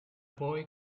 boy